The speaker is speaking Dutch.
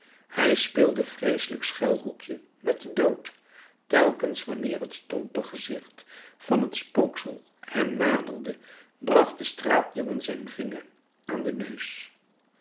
hij speelde vreeselijk schuilhoekje met den dood telkens wanneer het stompe gezicht van het spooksel hem naderde bracht de straatjongen zijn vinger aan den neus